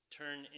turn